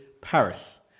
Paris